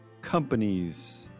companies